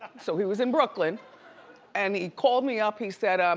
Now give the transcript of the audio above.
so he was in brooklyn and he called me up. he said, um